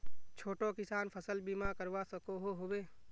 छोटो किसान फसल बीमा करवा सकोहो होबे?